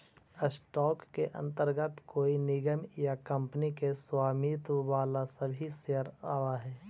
stock के अंतर्गत कोई निगम या कंपनी के स्वामित्व वाला सभी शेयर आवऽ हइ